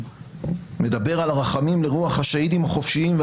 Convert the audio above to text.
שמדבר על "הרחמים לרוח השהידים החופשיים שלנו,